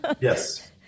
Yes